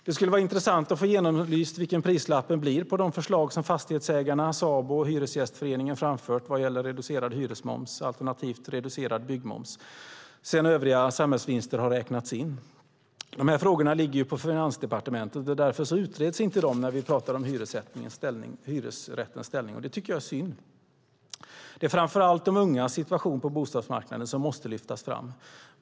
Det skulle vara intressant att få genomlyst vilken prislappen blir på de förslag som fastighetsägarna, Sabo och hyresgästföreningen framfört vad gäller reducerad hyresmoms, alternativt reducerad byggmoms, sedan övriga samhällsvinster har räknats in. De här frågorna ligger ju på Finansdepartementet, därför utreds de inte när vi talar om hyresrättens ställning. Det tycker jag är synd. Det är framför allt de ungas situation på bostadsmarknaden som måste lyftas fram.